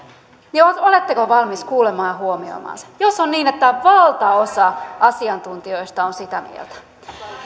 niin oletteko valmiit kuulemaan ja huomioimaan sen jos on niin että valtaosa asiantuntijoista on sitä mieltä